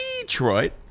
Detroit